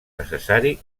necessari